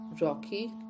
Rocky